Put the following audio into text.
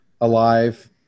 alive